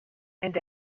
and